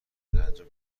تعجب